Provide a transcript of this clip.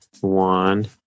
one